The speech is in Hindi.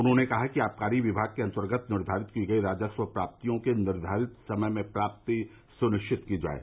उन्होंने कहा कि आबाकारी विभाग के अंतगत निर्धारित की गयी राजस्व प्राप्तियों की निर्धारित समय में प्राप्ति सुनिश्चित की जाये